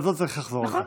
אז לא צריך לחזור על זה.